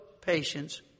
patience